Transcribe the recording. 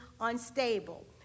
unstable